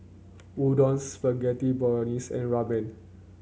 Udon Spaghetti Bolognese and Ramen